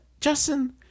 Justin